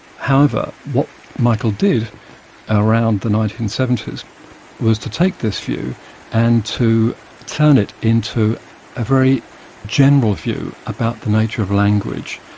however, what michael did around the nineteen seventy s was to take this view and to turn it into a very general view about the nature of language,